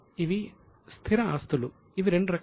ఇవి స్థిర ఆస్తులు అవి రెండు రకాలు